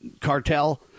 cartel